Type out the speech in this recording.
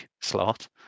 slot